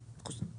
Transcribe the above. תעודות ואגרות)